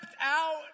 out